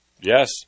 Yes